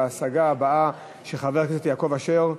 ההשגה הבאה היא של חבר הכנסת יעקב אשר.